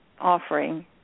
offering